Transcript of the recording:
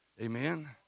Amen